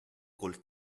col